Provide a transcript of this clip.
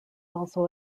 also